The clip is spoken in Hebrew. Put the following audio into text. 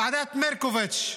ועדת מרקוביץ'